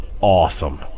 awesome